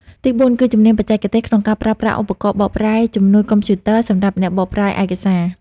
ទីបួន គឺជំនាញបច្ចេកទេសក្នុងការប្រើប្រាស់ឧបករណ៍បកប្រែជំនួយកុំព្យូទ័រ សម្រាប់អ្នកបកប្រែឯកសារ។